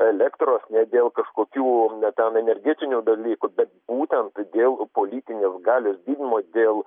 elektros ne dėl kažkokių na ten energetinių dalykų bet būtent dėl politinės galios didinimo dėl